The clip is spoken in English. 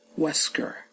Wesker